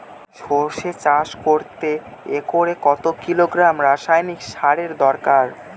সরষে চাষ করতে একরে কত কিলোগ্রাম রাসায়নি সারের দরকার?